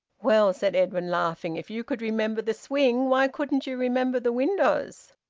well, said edwin, laughing, if you could remember the swing why couldn't you remember the windows?